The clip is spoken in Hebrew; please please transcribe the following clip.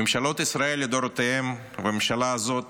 ממשלות ישראל לדורותיהן, והממשלה הזאת